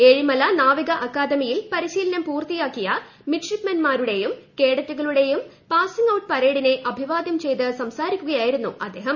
ഏഴിമല നാവിക അക്കാദമിയിൽ പരിശീലനം പൂർത്തിയാക്കിയ മിഡ്ഷിപ്പ്മെൻമാരുടെയും കേഡറ്റുകളുടയും പാസിംഗ് ഔട്ട് പരേഡിനെ അഭിവാദ്യം ചെയ്ത് സംസാരിക്കുകയായിരുന്നു അദ്ദേഹം